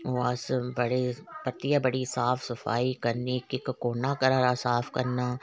ओह् अस बडे़ परतियै बड़ी साफ सफाई करनी इक इक कोना घरा दा साफ करना